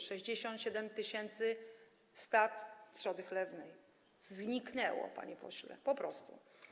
67 tys. stad trzody chlewnej zniknęło, panie pośle, po prostu.